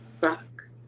Rock